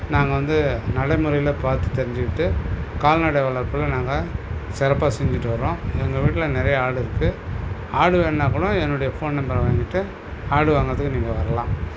நாங்கள் வந்து நடைமுறையில் பார்த்து தெரிஞ்சிகிட்டு கால்நடை வளர்ப்பில் நாங்கள் சிறப்பாக செஞ்சிகிட்டு வரோம் எங்கள் வீட்டில் நிறைய ஆடு இருக்கு ஆடு வேணுன்னா கூட என்னுடைய ஃபோன் நம்பர் வாங்கிகிட்டு ஆடு வாங்குறதுக்கு நீங்கள் வரலாம்